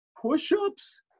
push-ups